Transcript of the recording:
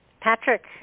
Patrick